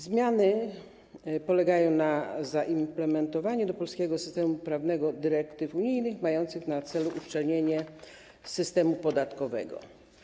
Zmiany polegają na zaimplementowaniu do polskiego systemu prawnego dyrektyw unijnych mających na celu uszczelnienie systemu podatkowego.